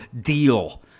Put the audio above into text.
Deal